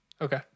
Okay